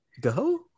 go